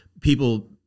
people